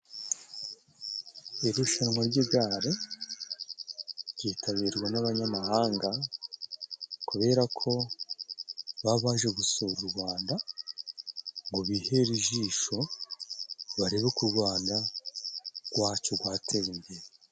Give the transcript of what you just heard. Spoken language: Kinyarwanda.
Irushanwa ry'igare, ryitabirwa n'abanyamahanga kubera ko baba baje gusura u Rwanda ngo bihere ijisho barebe uko u Rwanda gwacu gwateye imbere.